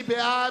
מי בעד?